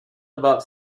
about